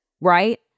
right